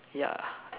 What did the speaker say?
ya